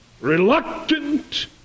reluctant